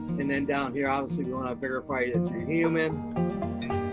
and then down here, obviously, you wanna verify it's a human.